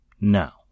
now